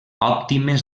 òptimes